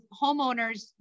homeowners